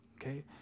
okay